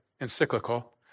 encyclical